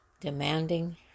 demanding